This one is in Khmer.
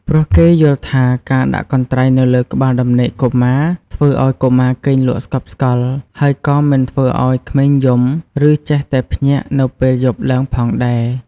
ព្រោះគេយល់ថាការដាក់កន្ត្រៃនៅក្បាលដំណេកកុមារធ្វើឲ្យកុមារគេងលក់ស្កប់ស្កល់ ហើយក៏មិនធ្វើឱ្យក្មេងយំ ឬចេះតែភ្ញាក់នៅពេលយប់ឡើងផងដែរ។